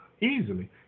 Easily